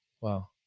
Wow